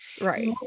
Right